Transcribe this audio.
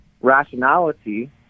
rationality—